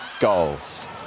goals